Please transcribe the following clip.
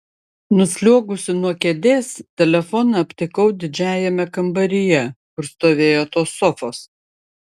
nusliuogusi nuo kėdės telefoną aptikau didžiajame kambaryje kur stovėjo tos sofos